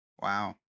Wow